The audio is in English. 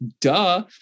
duh